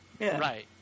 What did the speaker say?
Right